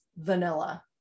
vanilla